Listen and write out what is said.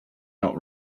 not